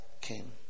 came